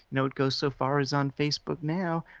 now it goes so far as on facebook now.